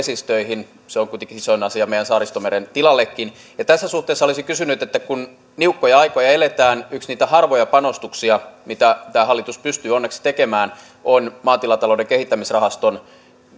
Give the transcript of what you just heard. vesistöihin on kuitenkin isoin asia meidän saaristomeren tilallekin tässä suhteessa olisin kysynyt että kun niukkoja aikoja eletään yksi niitä harvoja panostuksia mitä tämä hallitus pystyy onneksi tekemään on maatilatalouden kehittämisrahaston